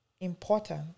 important